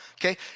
okay